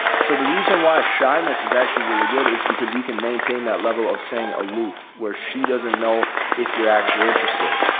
so the reason why shyness is actually really good is because you can maintain that level of staying aloof where she doesn't know if you're actually interested,